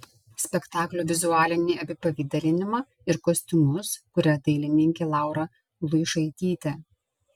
spektaklio vizualinį apipavidalinimą ir kostiumus kuria dailininkė laura luišaitytė